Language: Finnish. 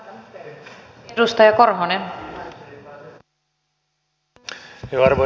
arvoisa puhemies